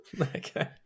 Okay